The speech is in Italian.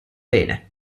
bene